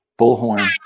bullhorn